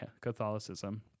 Catholicism